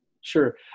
Sure